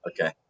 okay